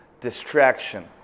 distraction